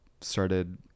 started